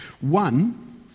One